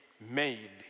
made